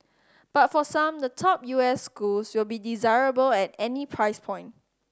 but for some the top U S schools will be desirable at any price point